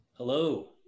Hello